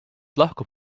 lahkub